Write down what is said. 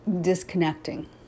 Disconnecting